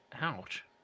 Ouch